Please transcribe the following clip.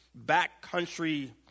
backcountry